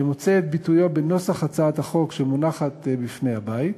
שמוצא את ביטויו בנוסח הצעת החוק שמונחת בפני הבית,